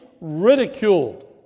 ridiculed